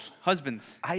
Husbands